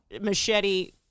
machete